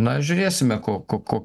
na žiūrėsime ko ko ko